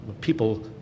People